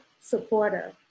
supporter